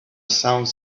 sounds